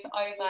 over